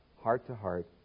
heart-to-heart